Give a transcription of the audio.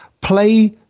play